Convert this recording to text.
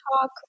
talk